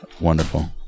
Wonderful